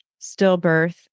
stillbirth